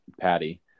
Patty